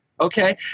okay